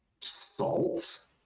salt